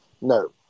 No